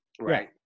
Right